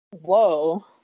Whoa